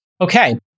Okay